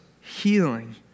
healing